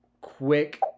quick